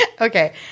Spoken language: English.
okay